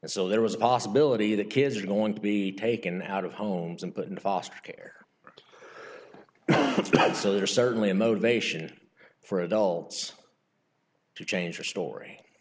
and so there was a possibility that kids are going to be taken out of homes and put in foster care so there's certainly a motivation for adults to change her story